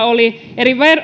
oli eli